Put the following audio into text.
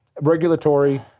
Regulatory